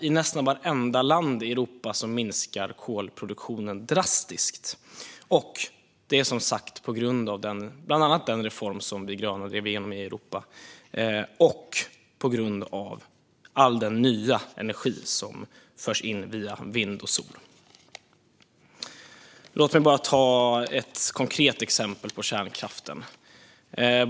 I nästan vartenda land i Europa minskar kolproduktionen drastiskt, bland annat på grund av den reform som de gröna partierna drev igenom i Europa och på grund av all den nya energi som förs in via vind och sol. Jag ska nämna ett konkret exempel om kärnkraften.